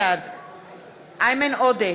בעד איימן עודה,